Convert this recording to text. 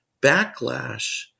backlash